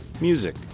music